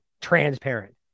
Transparent